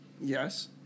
Yes